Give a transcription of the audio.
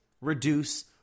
reduce